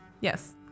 Yes